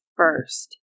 first